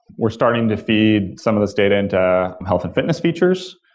we're starting to feed some of these data into health and fitness features.